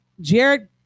Jared